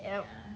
ya